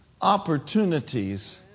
opportunities